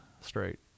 straight